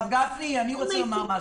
הרב גפני, אני רוצה לומר משהו.